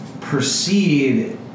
proceed